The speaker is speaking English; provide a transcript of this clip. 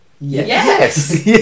Yes